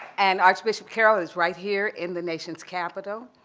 and archbishop carroll is right here in the nation's capital.